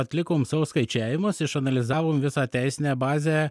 atlikom savo skaičiavimus išanalizavom visą teisinę bazę